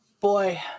boy